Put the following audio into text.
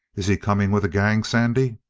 is he coming with a gang, sandy?